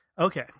okay